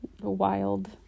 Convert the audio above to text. wild